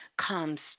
comes